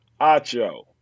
Acho